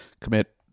Commit